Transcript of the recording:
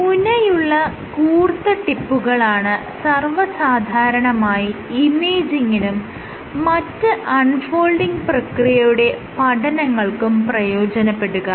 മുനയുള്ള കൂർത്ത ടിപ്പുകളാണ് സർവ്വ സാധാരണമായി ഇമേജിങിനും മറ്റ് അൺ ഫോൾഡിങ് പ്രക്രിയയുടെ പഠനങ്ങൾക്കും പ്രയോജനപ്പെടുക